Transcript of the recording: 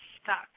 stuck